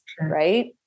right